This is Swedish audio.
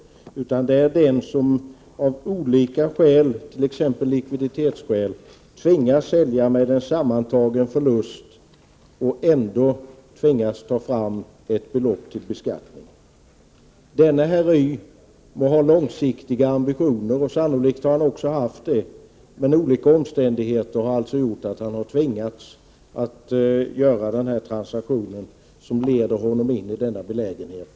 Jag har talat om den som av olika skäl, t.ex. likviditetsskäl, tvingas sälja med en sammantagen förlust och ändå tvingas ta upp ett belopp till beskattning. Denne herr Y må ha långsiktiga ambitioner. Sannolikt har han också haft det. Men olika omständigheter har alltså gjort att han har tvingats att göra denna transaktion, som leder honom in i denna belägenhet.